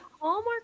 Hallmark